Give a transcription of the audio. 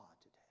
today